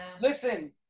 listen